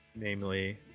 namely